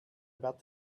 about